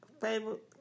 favorite